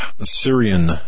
Syrian